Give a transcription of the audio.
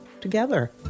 together